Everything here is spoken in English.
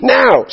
now